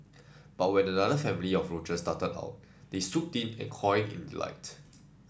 but when another family of roaches darted out they swooped in cawing in delight